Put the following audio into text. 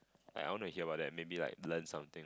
eh I want to hear about that maybe like learn something